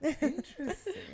Interesting